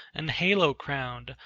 and halo-crowned,